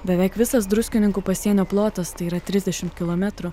beveik visas druskininkų pasienio plotas tai yra trisdešimt kilometrų